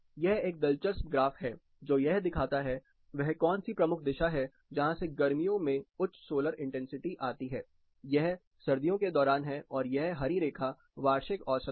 यह एक दिलचस्प ग्राफ है जो यह दिखाता है कि वह कौनसी प्रमुख दिशा है जहॉं से गर्मियों मे उच्च सोलर इंटेंसिटी आती है यह सर्दियों के दौरान है और यह हरी रेखा वार्षिक औसत है